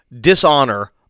dishonor